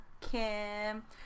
Kim